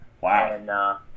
Wow